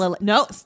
No